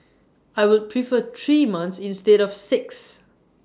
I would prefer three months instead of six